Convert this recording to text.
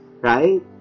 Right